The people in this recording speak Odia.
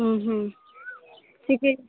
କିଛି